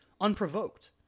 unprovoked